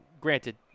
granted